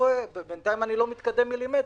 בינתיים אני לא מתקדם מילימטר,